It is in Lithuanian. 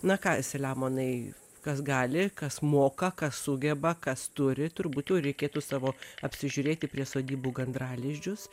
na ką selemonai kas gali kas moka ką sugeba kas turi turbūt jau reikėtų savo apsižiūrėti prie sodybų gandralizdžius